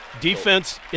Defense